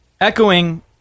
Echoing